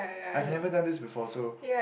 I've never done this before so